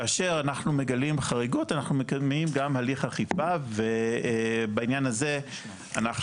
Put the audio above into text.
כאשר אנחנו מגלים חריגות אנחנו מקיימים גם הליך אכיפה ובעניין הזה אנחנו